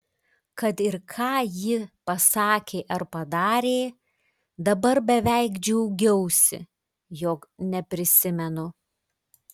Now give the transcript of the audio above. kad ir ką ji pasakė ar padarė dabar beveik džiaugiausi jog neprisimenu